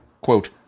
quote